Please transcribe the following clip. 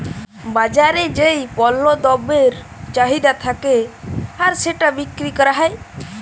বাজারে যেই পল্য দ্রব্যের চাহিদা থাক্যে আর সেটা বিক্রি ক্যরা হ্যয়